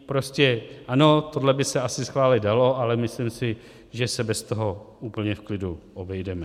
Prostě ano, tohle by se asi schválit dalo, ale myslím si, že se bez toho úplně v klidu obejdeme.